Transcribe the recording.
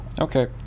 Okay